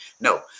No